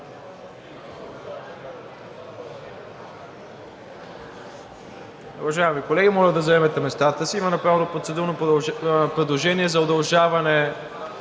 Уважаеми колеги, моля да заемете местата си. Има направено процедурно предложение за удължаване